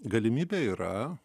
galimybė yra